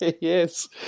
Yes